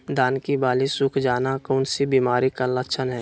धान की बाली सुख जाना कौन सी बीमारी का लक्षण है?